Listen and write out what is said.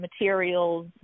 materials